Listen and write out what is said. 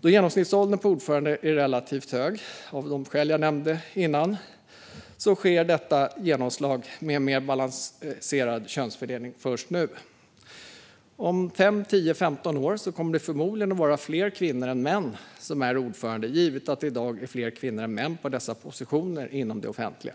Då genomsnittsåldern på ordförande är relativt hög, av de skäl som jag nämnde tidigare, sker detta genomslag med en mer balanserad könsfördelning först nu. Om fem, tio eller femton år kommer det förmodligen att vara fler kvinnor än män som är ordförande, givet att det i dag är fler kvinnor än män i dessa positioner inom det offentliga.